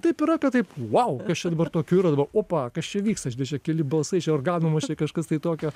taip yra taip vau kas čia dabar tokio yra dabar opa kas čia vyksta žinai žėk keli balsai čia organumas čia kažkas tai tokio